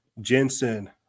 Jensen